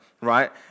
right